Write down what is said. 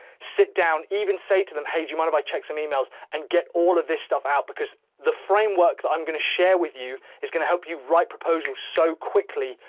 sit down, even say to them, hey, do you mind if i check some emails and get all of this stuff out, because the framework that i'm going to share with you is going to help you write proposals so quickly,